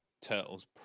Turtles